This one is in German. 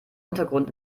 untergrund